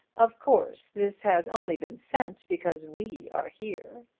of course this has only been sent because we are here.